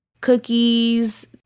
Cookies